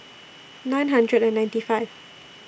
nine hundred and ninety five